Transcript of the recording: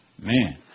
Man